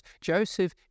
Joseph